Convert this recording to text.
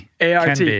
ART